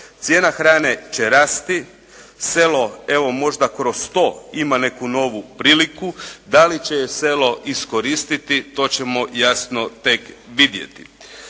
Cijena hrane će rasti. Selo evo možda kroz to ima neku novu priliku. Da li će je selo iskoristiti to ćemo jasno tek vidjeti.